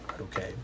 okay